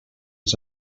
els